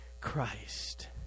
Christ